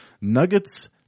Nuggets